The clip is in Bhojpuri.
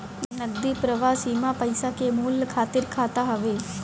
नगदी प्रवाह सीमा पईसा के मूल्य खातिर खाता हवे